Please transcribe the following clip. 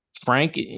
Frank